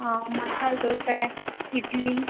ಹಾಂ ಮಸಾಲೆ ದೋಸೆ ಇಡ್ಲಿ